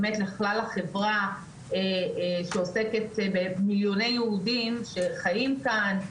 באמת לכלל החברה שעוסקת במיליוני יהודים שחיים כאן,